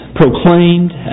proclaimed